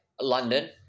London